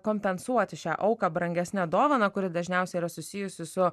kompensuoti šią auką brangesne dovana kuri dažniausiai yra susijusi su